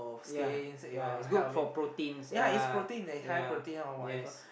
yea yea it's good for proteins uh yea yes